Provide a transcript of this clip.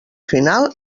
final